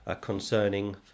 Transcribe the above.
concerning